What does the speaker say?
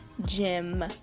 gym